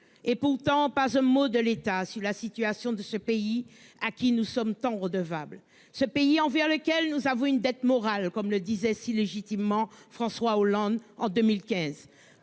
Et pourtant, pas un mot de l'État sur la situation de ce pays à qui nous sommes tant redevable ce pays envers lequel nous avons une dette morale, comme le disait si légitimement François Hollande en 2015.